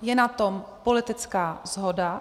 Je na to politická shoda.